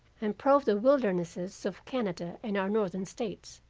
and probed the wildernesses of canada and our northern states.